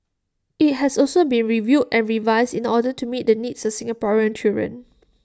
IT has also been reviewed and revised in order to meet the needs of Singaporean children